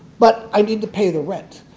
but i need to pay the rent.